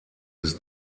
bis